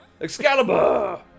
Excalibur